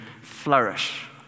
flourish